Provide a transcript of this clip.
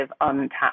untapped